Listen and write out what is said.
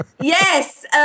yes